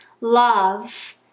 love